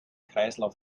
kreislauf